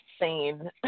sane